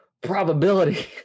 probability